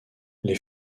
les